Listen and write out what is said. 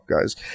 guys